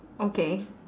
okay